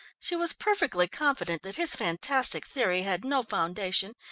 she was perfectly confident that his fantastic theory had no foundation,